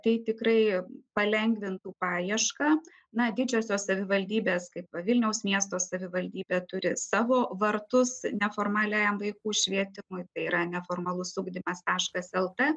tai tikrai palengvintų paiešką na didžiosios savivaldybės kaip va vilniaus miesto savivaldybė turi savo vartus neformaliajam vaikų švietimui tai yra neformalus ugdymas taškas lt